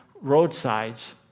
roadsides